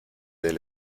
del